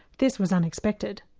this was unexpected,